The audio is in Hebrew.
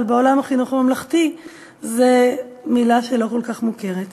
אבל בעולם החינוך הממלכתי זו מילה לא כל כך מוכרת.